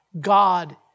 God